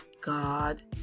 God